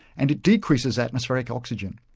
and it decreases atmospheric oxygen,